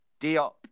Diop